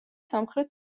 სამხრეთ